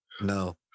No